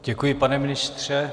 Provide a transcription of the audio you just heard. Děkuji, pane ministře.